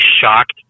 shocked